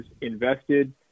invested